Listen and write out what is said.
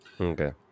Okay